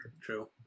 True